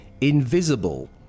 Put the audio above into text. Invisible